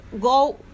go